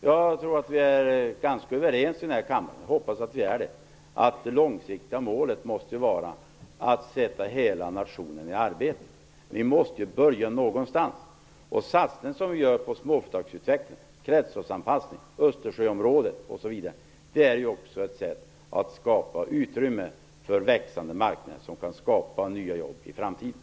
Jag tror att vi är ganska överens i denna kammare - jag hoppas att vi är det - om att det långsiktiga målet måste vara att sätta hela nationen i arbete. Men vi måste ju börja någonstans. Den satsning som vi gör på småföretagsutveckling, kretsloppsanpassning, Östersjöområdet osv. är också ett sätt att skapa utrymme för en växande marknad som kan skapa nya jobb i framtiden.